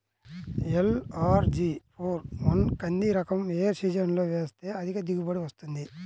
LRG four one కంది రకం ఏ సీజన్లో వేస్తె అధిక దిగుబడి వస్తుంది?